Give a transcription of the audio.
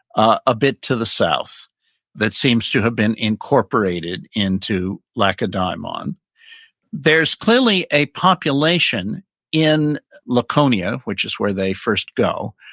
ah a bit to the south that seems to have been incorporated into like and um lacedaemon. there's clearly a population in laconia, which is where they first go,